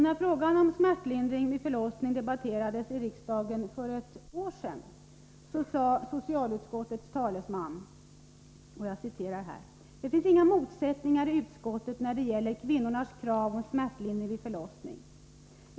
När frågan om smärtlindring vid förlossning för ett år sedan debatterades i riksdagen sade socialutskottets talesman: ”Det finns inga motsättningar i utskottet när det gäller kvinnornas krav om smärtlindring vid förlossning.